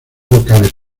vocales